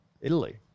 Italy